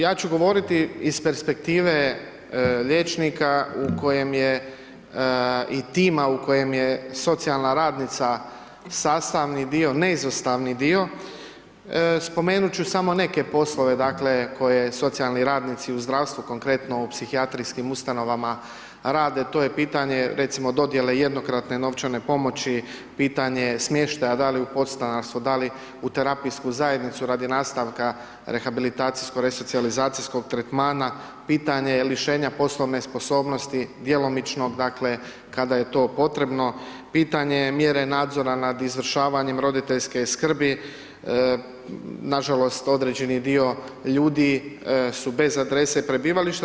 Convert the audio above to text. Ja ću govoriti iz perspektive liječnika u kojem je i tima u kojem je socijalna radnica sastavni dio, neizostavni dio, spomenut ću samo neke poslove dakle koje socijalni radnici u zdravstvu, konkretno u psihijatrijskim ustanovama rade, to je pitanje recimo dodjele jednokratne novčane pomoći, pitanje smještaja, da li u podstanarstvo, da li u terapijsku zajednicu radi nastavka rehabilitacijo-resocijalizacijskog tretmana, pitanje lišenja poslovne sposobnosti djelomičnog dakle kada je to potrebno, pitanje mjere nadzora nad izvršavanjem roditeljske skrbi, nažalost određeni dio ljudi su bez adrese prebivališta.